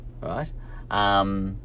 right